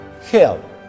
hell